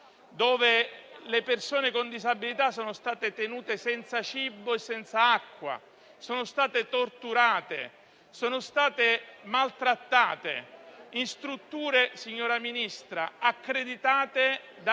dove le persone con disabilità sono state tenute senza cibo e senza acqua, sono state torturate e maltrattate. Ciò è avvenuto in strutture, signora Ministra, accreditate da